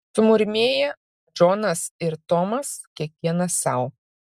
sumurmėję džonas ir tomas kiekvienas sau